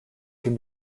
can